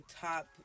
top